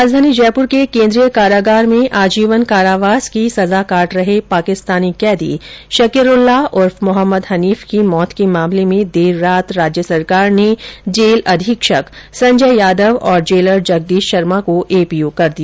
राजधानी जयपुर के केन्द्रीय कारागार में आजीवन कारावास की सजा काट रहे पाकिस्तानी कैदी शकीरूल्लाह उर्फ मोहम्मद हनीफ की मौत के मामले में देर रात राज्य सरकार ने जेल अधीक्षक संजय यादव और जेलर जगदीश शर्मा को एपीओ कर दिया